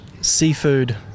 seafood